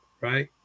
right